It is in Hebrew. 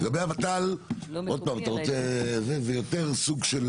לגבי הוות"ל, זה סוג של